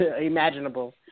imaginable